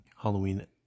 Halloween